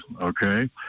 Okay